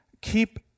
keep